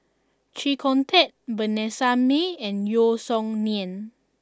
Chee Kong Tet Vanessa Mae and Yeo Song Nian